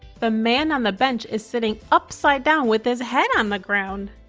the man on the bench is sitting upside down with his head on the ground.